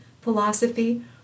philosophy